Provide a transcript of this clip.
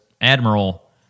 admiral